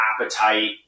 appetite